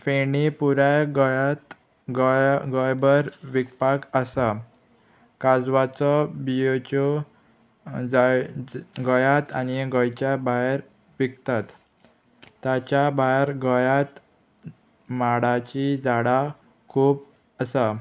फेणी पुराय गोंयांत गोंया गोंयभर विकपाक आसा काजवाचो बियोच्यो जाय गोंयांत आनी गोंयच्या भायर विकतात ताच्या भायर गोंयांत माडाची झाडां खूब आसा